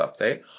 update